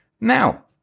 Now